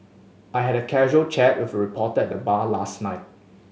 I had a casual chat with a reporter at the bar last night